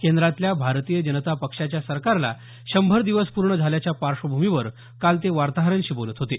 केंद्रातल्या भारतीय जनता पक्षाच्या सरकारला शंभर दिवस पूर्ण झाल्याच्या पार्श्वभूमीवर काल ते वार्ताहरांशी बोलत होते